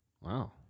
Wow